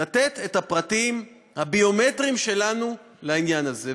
לתת את הפרטים הביומטריים שלנו לעניין הזה.